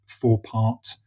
four-part